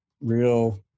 real